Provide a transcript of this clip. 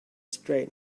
straight